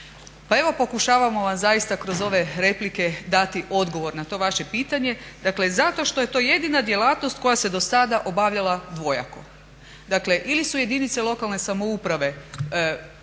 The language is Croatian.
Pa evo pokušavamo vam zaista kroz ove replike dati odgovor na to vaše pitanje, dakle zato što je to jedina djelatnost koja se do sad obavljala dvojako, dakle ili su jedinice lokalne samouprave